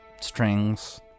strings